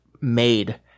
made